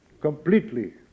completely